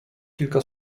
kilka